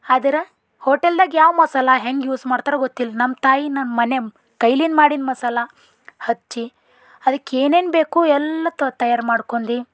ಆದ್ರೆ ಹೋಟೆಲ್ದಾಗ ಯಾವ ಮಸಾಲೆ ಹೆಂಗೆ ಯೂಸ್ ಮಾಡ್ತಾರೆ ಗೊತ್ತಿಲ್ಲ ನಮ್ಮ ತಾಯಿ ನನ್ನ ಮನೆ ಕೈಲಿಂದ ಮಾಡಿಂದು ಮಸಾಲೆ ಹಚ್ಚಿ ಅದಕ್ಕೇನೇನು ಬೇಕು ಎಲ್ಲ ತಯಾರು ಮಾಡ್ಕೊಂಡಿ